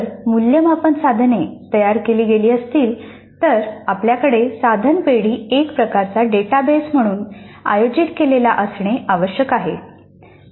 जर मूल्यमापन साधने तयार केली गेली असतील तर आपल्याकडे साधन पेढी एक प्रकारचा डेटाबेस म्हणून आयोजित केलेला असणे आवश्यक आहे